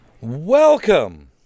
Welcome